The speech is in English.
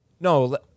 No